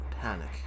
panic